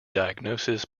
diagnosis